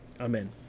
Amen